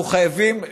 אנחנו חייבים,